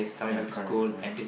ya correct correct